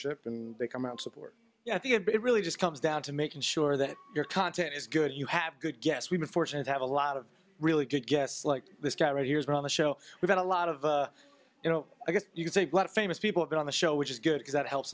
listenership and they come out support at the it but it really just comes down to making sure that your content is good you have a good guess we've been fortunate to have a lot of really good guests like this guy right here on the show we've got a lot of you know i guess you could say a lot of famous people have been on the show which is good because that helps